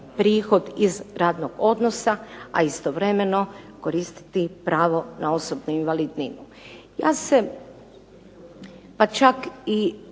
prihod iz radnog odnosa, a istovremeno koristiti pravo na osobnu invalidninu.